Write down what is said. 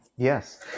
Yes